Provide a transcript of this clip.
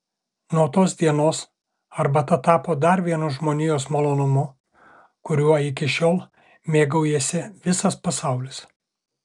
nuo tos dienos arbata tapo dar vienu žmonijos malonumu kuriuo iki šiol mėgaujasi visas pasaulis